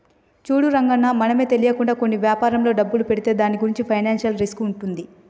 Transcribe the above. చూడు రంగన్న మనమే తెలియకుండా కొన్ని వ్యాపారంలో డబ్బులు పెడితే దాని గురించి ఫైనాన్షియల్ రిస్క్ ఉంటుంది